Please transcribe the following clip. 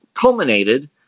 culminated